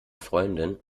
freundin